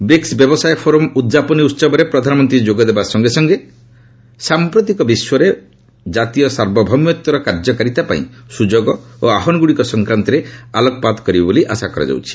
BRICS ବ୍ୟବସାୟ forum ଉଦ୍ଯାପନୀ ଉହବରେ ପ୍ରଧାନମନ୍ତ୍ରୀ ଯୋଗ ଦେବା ସଙ୍ଗେ ସଙ୍ଗେ ସାମ୍ପ୍ରତିକ ବିଶ୍ୱରେ ଜାତୀୟ ସାର୍ବଭୌମତ୍ୱର କାର୍ଯ୍ୟକାରିତା ପାଇଁ ସୁଯୋଗ ଓ ଆହ୍ୱାନଗୁଡ଼ିକ ସଂକ୍ରାନ୍ତରେ ଆଲୋକପାତ କରାଯିବାର ଆଶା କରାଯାଉଛି